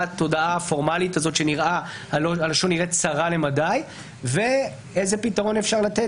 ההודעה הפורמלית הזאת שהלשון נראית צרה למדי ואיזה פתרון אפשר לתת,